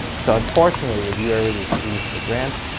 so unfortunately, if you already received the grant,